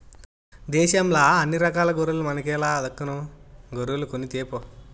దేశంల అన్ని రకాల గొర్రెల మనకేల దక్కను గొర్రెలు కొనితేపో